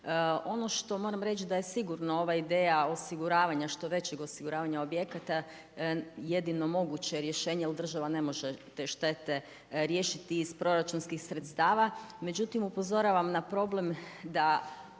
Ono što moram reći, da je sigurno ova ideja, osiguravanja, što većeg osiguravanja objekata, jedino moguće rješenje, jer država ne može te štete riješiti iz proračunskih sredstava, međutim, upozoravam na problem, da